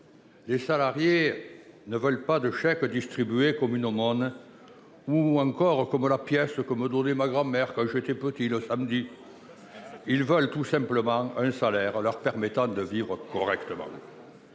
Les salariés ne veulent pas de chèques distribués comme une aumône ou comme la pièce que me donnait ma grand-mère le samedi, quand j'étais enfant. Ils veulent tout simplement un salaire leur permettant de vivre correctement.